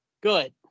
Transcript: good